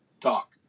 talk